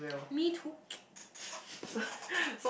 me too